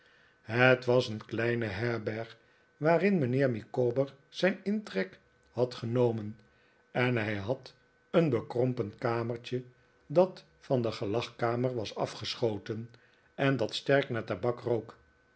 het was een kleine herberg waarin mijnheer micawber zijn intrek had genomen en hij had daar een bekrompen kamertje dat van de gelagkamer was afgeschoten en dat sterk naar tabak